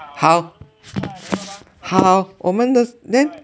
好好我们的 then